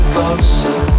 Closer